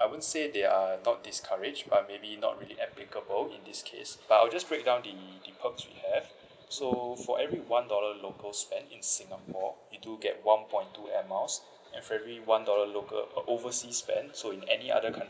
I won't say they are not discourage but maybe not really applicable in this case but I'll just break down the the perks we have so for every one dollar local spend in singapore you do get one point two air miles and every one dollar local oversea spent so in any other country